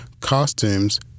costumes